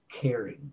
caring